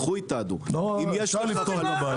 מה,